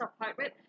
apartment